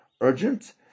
urgent